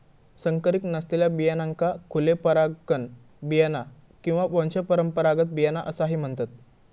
संकरीत नसलेल्या बियाण्यांका खुले परागकण बियाणा किंवा वंशपरंपरागत बियाणा असाही म्हणतत